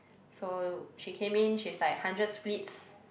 so she came in she is like hundred splits